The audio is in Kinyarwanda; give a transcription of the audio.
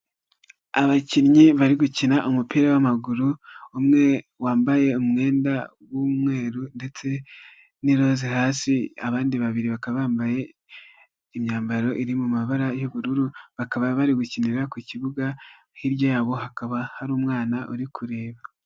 Abakinnyi bari gukina umupira w'amaguru umwe wambaye umwenda w'umweru ndetse n'iroza hasi abandi babiri bakaba bambaye imyambaro iri mu mabara y'ubururu, bakaba bari gukinira ku kibuga, hirya yabo hakaba hari umwana uri kureba.